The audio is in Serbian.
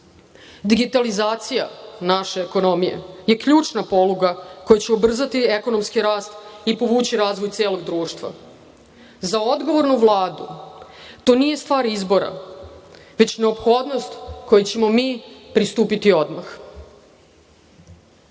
EU.Digitalizacija naše ekonomije je ključna poluga koja će ubrzati ekonomski rast i povući razvoj celog društva. Za odgovornu Vladu to nije stvar izbora, već neophodnost kojoj ćemo mi pristupiti odmah. Ovde